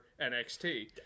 NXT